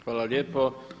Hvala lijepo.